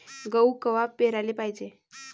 गहू कवा पेराले पायजे?